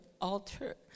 altar